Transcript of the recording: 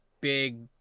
big